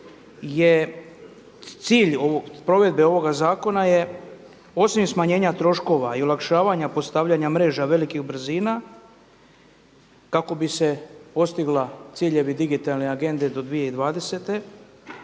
cilj provedbe ovoga zakona je osim smanjenja troškova i olakšavanja postavljanja mreža velikih brzina kako bi se postigla ciljevi digitalne Agende do 2020.